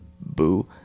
boo